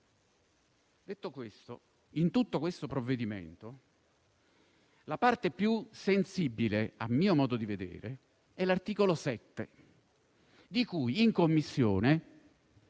Detto questo, in tutto il provvedimento la parte più sensibile, a mio modo di vedere, è l'articolo 7, di cui in Commissione